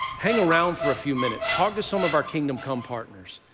hang around for a few minutes. talk to some of our kingdom come partners.